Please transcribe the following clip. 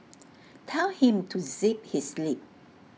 tell him to zip his lip